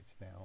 now